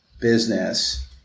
business